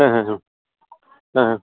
ಹಾಂ ಹಾಂ ಹಾಂ ಹಾಂ ಹಾಂ